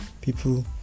people